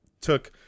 took